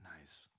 nice